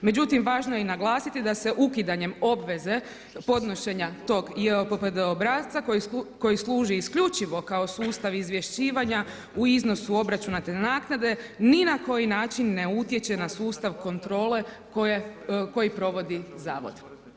Međutim važno je i naglasiti da se ukidanjem obveze podnošenja tog JOPPD obrasca koji služi isključivo kao sustav izvješćivanja u iznosu obračuna te naknade ni na koji način ne utječe na sustav kontrole koji provodi zavod.